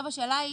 השאלה היא